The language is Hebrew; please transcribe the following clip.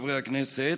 חברי הכנסת,